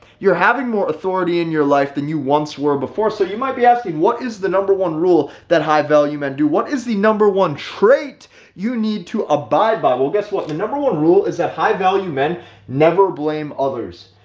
you're having more authority in your life than you once were before. so you might be asking what is the number one rule that high value men do? what is the number one trait you need to abide by? well, guess what? the number one rule is that high value men never blame others.